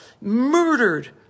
Murdered